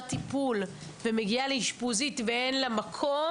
טיפול ומגיעה לאשפוזית ואין לה מקום,